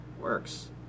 works